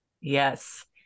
Yes